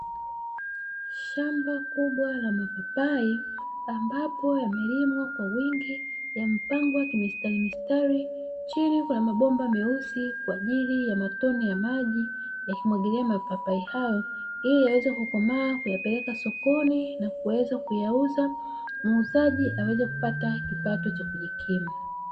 Shamba kubwa la mapapai ambapo yamelimwa kwa wingi yamepangwa kimstari mistari, chini kukiwa na mabomba meusi kwa ajili ya matone ya maji yakimwagilia mapapai hayo ili yaweze kukomaa kuyapeleka sokoni na kuweza kuyauza muuzaji apate kipato cha kujikimu.